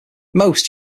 most